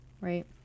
right